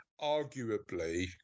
arguably